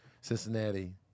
Cincinnati